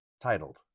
TITLED